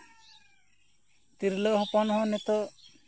ᱛᱤᱨᱞᱟᱹ ᱦᱚᱯᱚᱱ ᱦᱚᱸ ᱱᱤᱛᱚᱜ